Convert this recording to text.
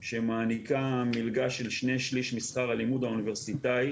שמעניקה מלגה של 2/3 משכר הלימוד האוניברסיטאי